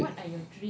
I never read